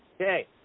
Okay